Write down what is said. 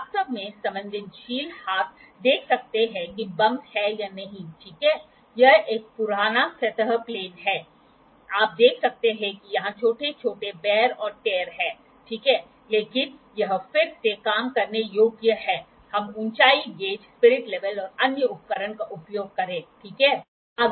वास्तव में संवेदनशील हाथ देख सकते हैं कि बम्पस हैं या नहीं ठीक है यह एक पुराना सतह प्लेन है आप देख सकते हैं कि यहां छोटे छोटे वेयर और टैर हैं ठीक है लेकिन यह फिर से काम करने योग्य है हम ऊंचाई गेज स्पिरिट लेवल और अन्य उपकरण का उपयोग करें ठीक है